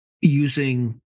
using